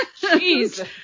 Jeez